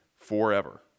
forever